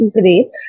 great